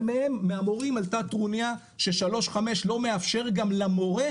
אבל מהם מהמורים עלתה הטרוניה ששלוש חמש לא מאפשר גם למורה,